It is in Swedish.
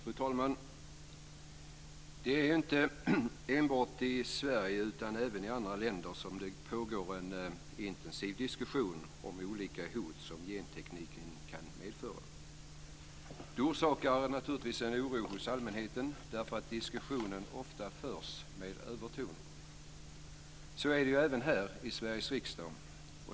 Fru talman! Det är inte enbart i Sverige, utan även i andra länder, som det pågår en intensiv diskussion om olika hot som gentekniken kan medföra. Det orsakar naturligtvis en oro hos allmänheten därför att diskussionen ofta förs med övertoner. Så är det även här i Sveriges riksdag.